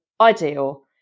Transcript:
Ideal